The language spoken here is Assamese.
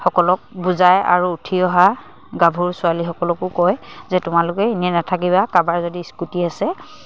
সকলক বুজায় আৰু উঠি অহা গাভৰু ছোৱালীসকলকো কয় যে তোমালোকে এনেই নাথাকিবা কাৰোবাৰ যদি স্কুটি আছে